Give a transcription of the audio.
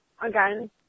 again